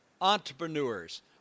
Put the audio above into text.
entrepreneurs